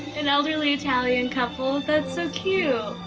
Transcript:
an elderly italian couple. that's so cute.